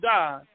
God